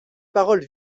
paroles